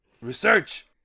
Research